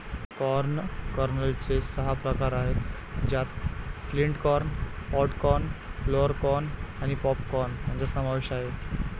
corn कर्नलचे सहा प्रकार आहेत ज्यात flint corn, pod corn, flour corn आणि पॉप कॉर्न यांचा समावेश आहे